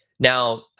Now